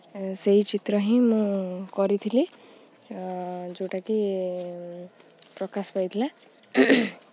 ସେହି ଚିତ୍ର ହିଁ ମୁଁ କରିଥିଲି ଯେଉଁଟାକି ପ୍ରକାଶ ପାଇଥିଲା